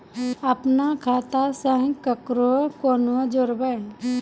अपन खाता संग ककरो कूना जोडवै?